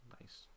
nice